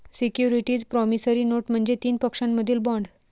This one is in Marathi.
सिक्युरिटीज प्रॉमिसरी नोट म्हणजे तीन पक्षांमधील बॉण्ड